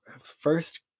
first